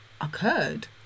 occurred